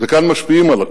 וכאן משפיעים על הכול: